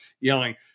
yelling